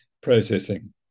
processing